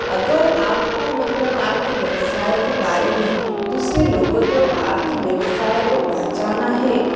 अगर आपको मतलब आपकी व्यवसाय के बारे में दूसरे लोगों तक आपकी व्यवसाय को पहुंचाना है